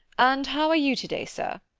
and how are you today, sir?